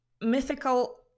mythical